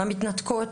המתנתקות,